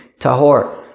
Tahor